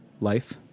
life